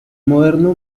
moderno